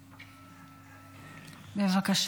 בבקשה.